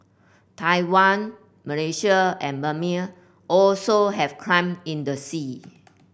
Taiwan Malaysia and Brunei also have claim in the sea